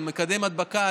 על מקדם הדבקה,